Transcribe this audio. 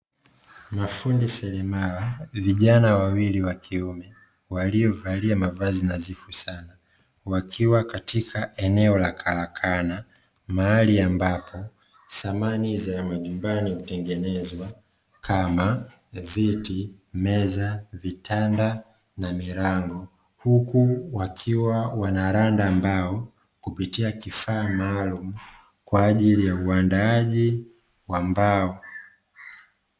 Mafundi seremala vijana wawili wa kiume waliovalia mavazi nadhifu sana wakiwa katika eneo la karakana mahali ambapo samani za majumbani hutengenezwa kama viti, meza, vitanda na milango huku wakiwa wanaranda mbao kupitia kifaa maalumu kwa ajili ya uandaaji wa mbao.